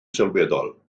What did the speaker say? sylweddol